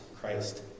Christ